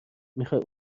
میخوای